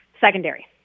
secondary